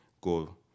go